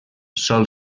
sol